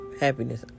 happiness